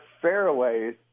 fairways